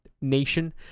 nation